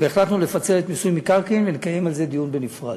החלטנו לפצל את מיסוי מקרקעין ולקיים על זה דיון בנפרד.